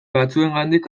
batzuengandik